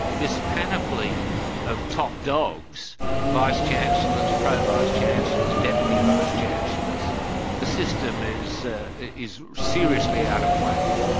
this panoply of top dogs vice chancellors, pro vice chancellors, deputy vice chancellors the system is is seriously out of whack.